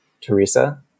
Teresa